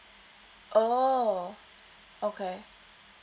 oh okay